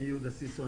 יהודה סיסו,